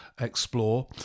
explore